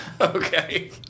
okay